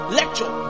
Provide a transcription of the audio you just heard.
lecture